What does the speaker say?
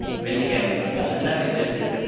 வெள்ளிக்கிழமை அன்றைக்கா என்ன விசேஷத்து